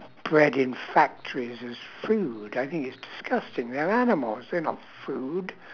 bred in factories as food I think it's disgusting they're animals they're not food